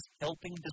helping